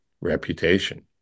reputation